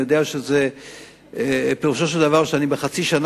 אני יודע שפירושו של דבר שבחצי השנה